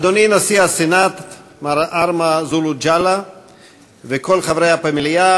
אדוני נשיא הסנאט מר ארמה זולו ג'אלה וכל חברי הפמליה,